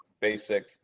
basic